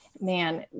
man